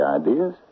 ideas